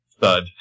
Thud